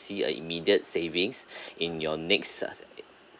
see a immediate savings in your next uh